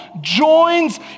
joins